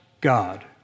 God